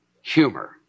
humor